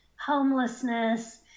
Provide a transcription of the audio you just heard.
homelessness